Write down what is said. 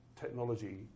technology